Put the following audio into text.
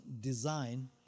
design